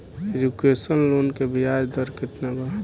Education loan के ब्याज दर केतना बा?